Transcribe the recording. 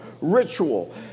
ritual